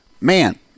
man